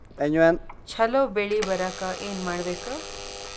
ಛಲೋ ಬೆಳಿ ಬರಾಕ ಏನ್ ಮಾಡ್ಬೇಕ್?